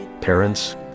Parents